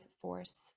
force